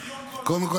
--- קודם כול,